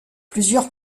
plusieurs